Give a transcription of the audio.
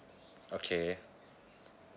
okay